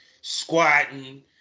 squatting